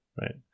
right